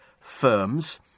firms